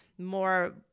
more